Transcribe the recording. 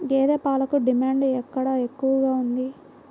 గేదె పాలకు డిమాండ్ ఎక్కడ ఎక్కువగా ఉంది?